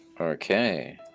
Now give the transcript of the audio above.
Okay